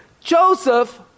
Joseph